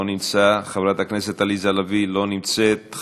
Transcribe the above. לא נמצא, חברת הכנסת עליזה לביא, לא נמצאת.